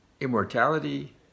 immortality